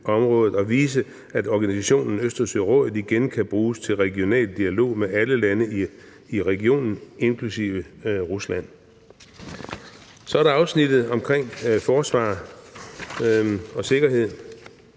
og vise, at organisationen igen kan bruges til regional dialog med alle lande i regionen inkl. Rusland.« Så er der afsnittet om forsvar og sikkerhed